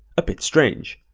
a bit strange.